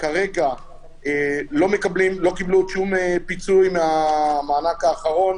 כרגע לא קיבלו עוד שום פיצוי מהמענק האחרון.